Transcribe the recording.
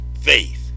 faith